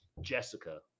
Jessica